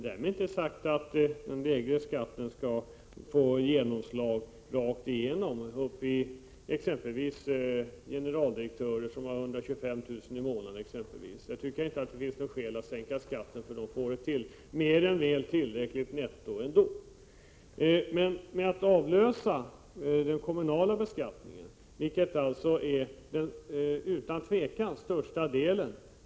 Därmed inte sagt att denna skattesänkning skall få genomslag rakt igenom. Jag tycker inte det finns skäl att sänka skatten för en generaldirektör som har 125 000 kr. i månaden. Han har mer än tillräckligt netto ändå.